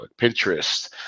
Pinterest